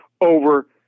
over